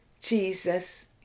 Jesus